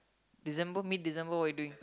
December mid December what you doing